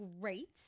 great